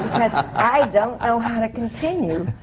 i don't know how to continue,